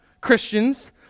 Christians